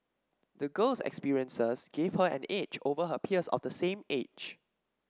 the girl's experiences gave her an edge over her peers of the same age